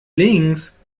links